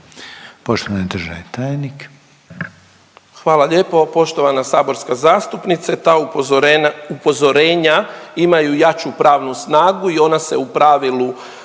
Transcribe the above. Poštovani državni tajniče